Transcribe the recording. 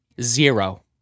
zero